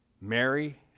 Mary